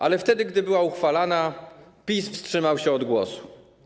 Ale gdy była uchwalana, PiS wstrzymał się od głosu.